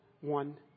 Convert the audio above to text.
one